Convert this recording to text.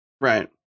Right